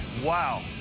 wow.